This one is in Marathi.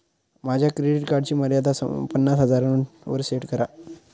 माझ्या क्रेडिट कार्डची मर्यादा पन्नास हजारांवर सेट करा